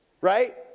right